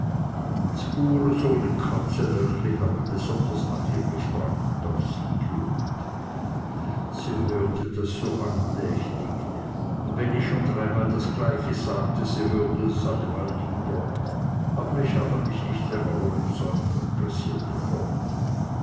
im katzelöchli habe besonders nach ihr gefraget und auf sie g'luegt sie hörte das so andächtig und wenn ich schon dreimal das gleiche sagte sie hörte es allemal lieber aber ich habe mich nicht länger wollen säumen und pressierte fort